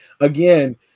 Again